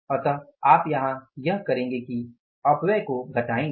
इसलिए आप यहाँ यह करेंगे कि अपव्यय को घटाएंगे